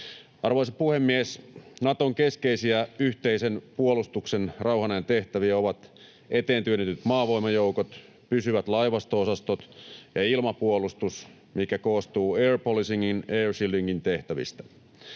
Arvoisa puhemies! Naton keskeisiä yhteisen puolustuksen rauhanajan tehtäviä ovat eteen työnnetyt maavoimajoukot, pysyvät laivasto-osastot ja ilmapuolustus, joka koostuu air policingin ja air shieldingin tehtävistä.